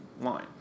line